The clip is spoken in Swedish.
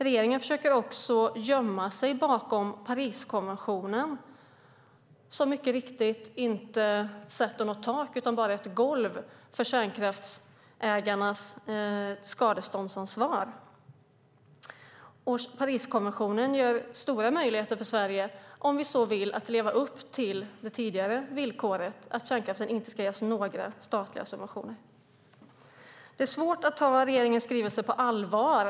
Regeringen försöker också gömma sig bakom Pariskonventionen, som mycket riktigt inte sätter något tak utan bara ett golv för kärnkraftsägarnas skadeståndsansvar. Pariskonventionen ger stora möjligheter för Sverige, om vi så vill, att leva upp till det tidigare villkoret, att kärnkraften inte ska ges några statliga subventioner. Det är svårt att ta regeringens skrivelse på allvar.